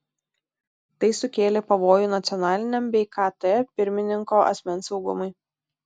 tai sukėlė pavojų nacionaliniam bei kt pirmininko asmens saugumui